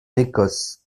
écosse